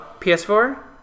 PS4